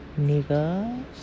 Niggas